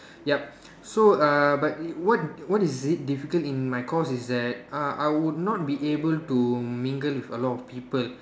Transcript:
yup so err but what is what is it difficult in my course is that err I would not be able to mingle with a lot of people